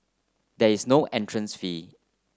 there is no entrance fee